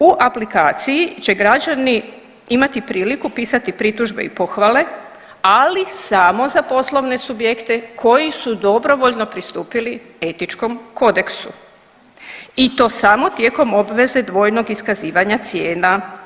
U aplikaciji će građani imati priliku pisati pritužbe i pohvale, ali samo za poslovne subjekte koji su dobrovoljno pristupili Etičkom kodeksu i to samo tijekom obveze dvojnog iskazivanja cijena.